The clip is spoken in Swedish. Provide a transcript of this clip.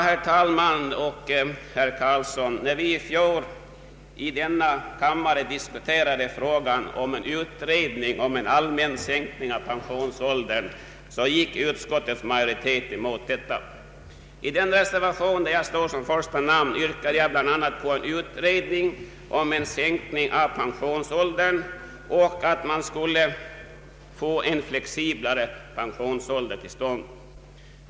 När vi i fjol, herr Carlsson, i denna kammare diskuterade frågan om utredning rörande en allmän sänkning av pensionsåldern, så gick utskottets majoritet emot detta. I en reservation, där jag stod som första namn, yrkades bl.a. på en utredning om sänkning av pensionsåldern och att man även skulle överväga en flexiblare pensionsålder.